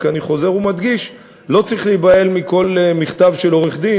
אני רק חוזר ומדגיש: לא צריך להיבהל מכל מכתב של עורך-דין.